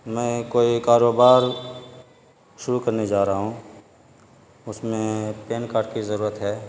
میں کوئی کاروبار شروع کرنے جا رہا ہوں اس میں پین کارڈ کی ضرورت ہے